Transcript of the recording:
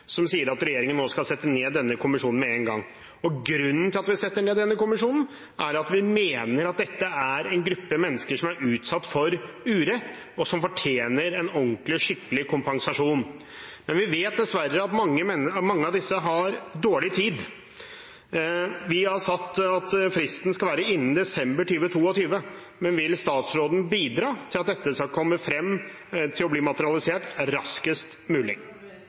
som sier at regjeringen nå skal sette ned denne kommisjonen med en gang. Og grunnen til at vi setter ned denne kommisjonen er at vi mener at dette er en gruppe mennesker som er utsatt for urett, og som fortjener en ordentlig og skikkelig kompensasjon. Men vi vet dessverre at mange av disse har dårlig tid. Vi har sagt at fristen skal være innen desember 2022, men vil statsråden bidra til at dette skal bli materialisert raskest mulig? Som jeg har sagt, kommer jeg til å